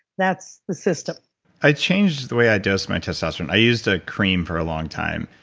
that's the system i changed the way i do my testosterone. i used a cream for a long time,